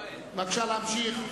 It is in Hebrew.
בבקשה להמשיך.